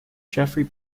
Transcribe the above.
geoffrey